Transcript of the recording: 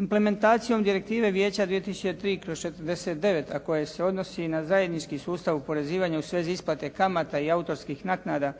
Implementacijom direktive Vijeća 2003/49 a koja se odnosi na zajednički sustav u oporezivanju u svezi isplate kamata i autorskih naknada